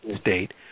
state